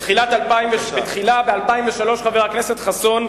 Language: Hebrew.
בתחילה, ב-2003, חבר הכנסת חסון,